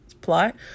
plot